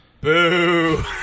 Boo